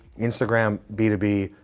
instagram, b two b,